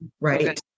right